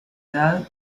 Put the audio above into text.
edad